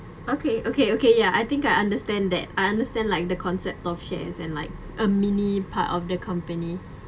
okay okay okay ya I think I understand that I understand like the concept of shares in like a mini part of the company